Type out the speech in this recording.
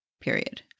period